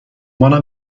منم